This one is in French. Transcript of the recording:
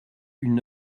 une